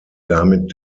damit